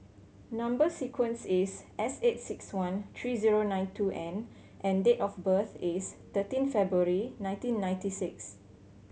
number sequence is S eight six one three zero nine two N and date of birth is thirteen February nineteen ninety six